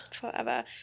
Forever